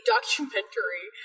Documentary